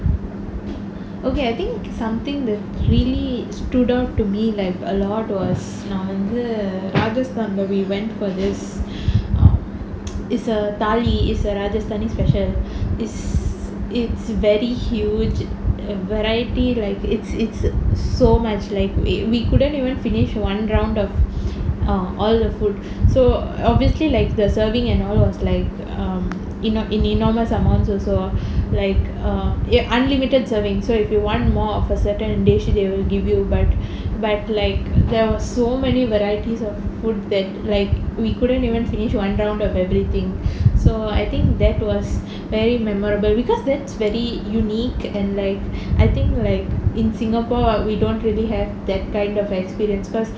okay I think something that really stood out to me like a lot was நான் வந்து:vanthu rajasthan we went for this um is a dali is a rajasthani special is is very huge and variety like it's it's so much like we we couldn't even finish one round of um all the food so obviously like the serving and all was like err in enormous amounts also like err unlimited serving so if you want more of a certain dish they will give you but but like there was so many varieties of food that like we couldn't even finish one round of everything so I think that was very memorable because that's very unique and like I think like in singapore we don't really have that kind of experience because